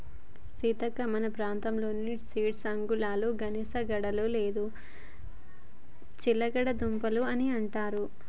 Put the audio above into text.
సీతక్క మన ప్రాంతంలో స్వీట్ ఆలుగడ్డని గనిసగడ్డలు లేదా చిలగడ దుంపలు అని అంటారు